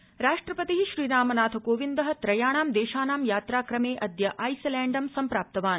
राष्ट्रपति राष्ट्रपति श्रीरामनाथ कोविन्द त्रयाणां देशानां यात्राक्रमेडद्य आइसलैण्डं सम्प्राप्तवान